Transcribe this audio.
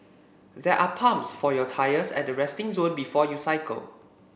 there are pumps for your tyres at the resting zone before you cycle